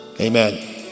Amen